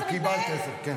קיבלת עשר --- ככה אתה מתנהג?